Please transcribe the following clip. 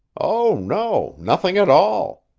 oh, no nothing at all.